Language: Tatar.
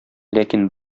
ләкин